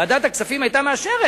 ועדת הכספים היתה מאשרת,